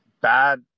bad